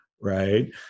Right